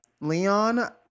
Leon